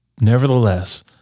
Nevertheless